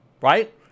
right